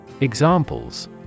examples